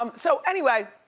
um so anyway,